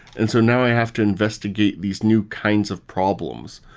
and so now i have to investigate these new kinds of problems.